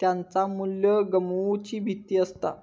त्याचा मू्ल्य गमवुची भीती असता